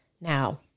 Now